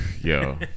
Yo